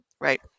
Right